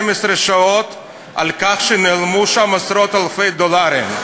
שעות על כך שנעלמו שם עשרות-אלפי דולרים.